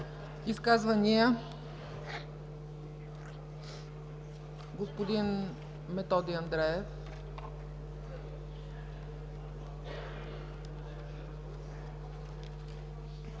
Изказвания? Господин Методи Андреев.